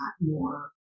more